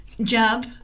jump